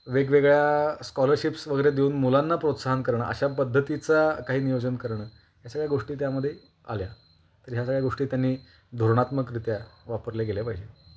वेगवेगळ्या स्कॉलरशिप्स वगैरे देऊन मुलांना प्रोत्साहन करणं अशा पद्धतीचा काही नियोजन करणं या सगळ्या गोष्टी त्यामध्ये आल्या तर ह्या सगळ्या गोष्टी त्यांनी धोरणात्मकरित्या वापरल्या गेल्या पाहिजे